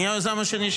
אתה היוזם השני.